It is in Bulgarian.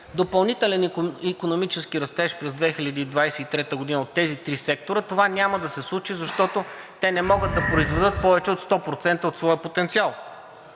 допълнителен икономически растеж през 2023 г. от тази три сектора, това няма да се случи, защото те не могат да произведат повече от 100% от своя потенциал.